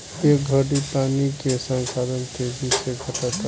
ए घड़ी पानी के संसाधन तेजी से घटता